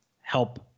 help